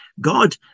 God